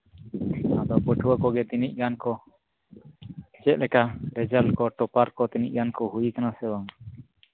ᱟᱫᱚ ᱯᱟᱹᱴᱷᱣᱟᱹ ᱠᱚᱜᱮ ᱛᱤᱱᱟᱹᱜ ᱜᱟᱱ ᱠᱚ ᱪᱮᱫᱞᱮᱠᱟ ᱨᱮᱡᱟᱞᱴ ᱠᱚ ᱴᱚᱯᱟᱨ ᱠᱚ ᱛᱤᱱᱟᱹᱜ ᱜᱟᱱ ᱠᱚ ᱦᱩᱭᱟᱠᱟᱱᱟ ᱥᱮ ᱵᱟᱝ